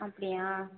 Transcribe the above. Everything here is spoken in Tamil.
அப்படியா